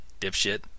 dipshit